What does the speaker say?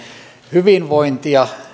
hyvinvointia